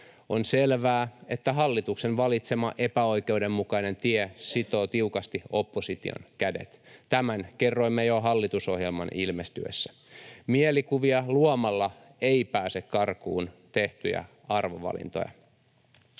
On selvää, että hallituksen valitsema epäoikeudenmukainen tie sitoo tiukasti opposition kädet. Tämän kerroimme jo hallitusohjelman ilmestyessä. Mielikuvia luomalla ei pääse karkuun tehtyjä arvovalintoja.